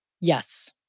Yes